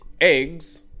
eggs